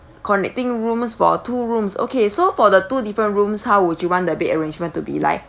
connecting rooms for two rooms okay so for the two different rooms how would you want the bed arrangement to be like